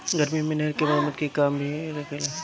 गर्मी मे नहर क मरम्मत के काम भी इहे देखेला